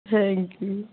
thank you